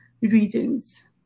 regions